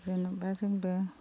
जेनेबा जोंबो